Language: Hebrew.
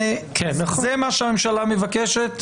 זה מה שהממשלה מבקשת?